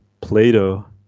Plato